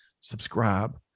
subscribe